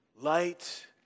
light